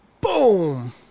Boom